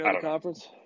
conference